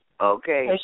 okay